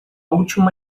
última